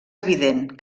evident